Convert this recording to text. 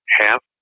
half